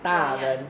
这样